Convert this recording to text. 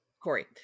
Corey